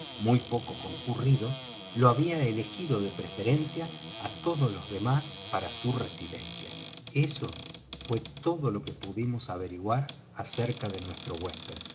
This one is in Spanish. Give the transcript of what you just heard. muy poco concurrido lo había elegido de preferencia á todos los demás para su residencia eso fué todo lo que pudimos averiguar acerca de nuestro huésped